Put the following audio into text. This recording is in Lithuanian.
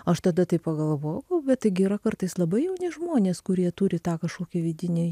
aš tada taip pagalvojau bet taigi yra kartais labai jauni žmonės kurie turi tą kažkokį vidinį